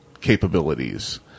capabilities